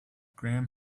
graham